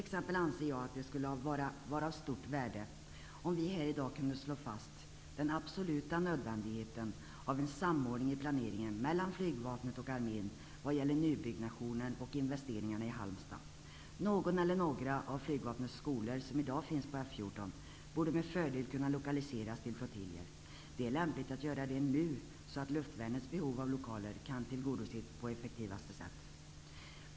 Jag anser t.ex. att det skulle vara av stort värde om vi här i dag kunde slå fast den absoluta nödvändigheten av en samordning i planeringen mellan flygvapnet och armén vad gäller nybyggnation och investeringar i Halmstad. Någon eller några av flygvapnets skolor som i dag finns på F 14 borde med fördel kunna lokaliseras till flottiljer. Det är lämpligt att göra det nu så luftvärnets behov av lokaler kan tillgodoses på effektivaste sätt.